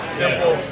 simple